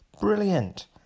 Brilliant